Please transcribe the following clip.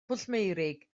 pwllmeurig